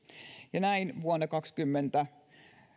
ja näin vuonna kaksikymmentä